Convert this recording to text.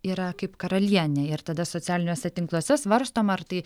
yra kaip karalienė ir tada socialiniuose tinkluose svarstoma ar tai